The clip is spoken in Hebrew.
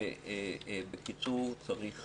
בקיצור, צריך